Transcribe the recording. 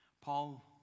Paul